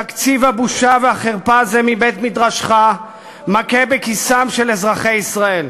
תקציב הבושה והחרפה הזה מבית-מדרשך מכה בכיסם של אזרחי ישראל.